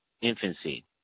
infancy